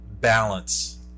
balance